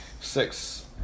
Six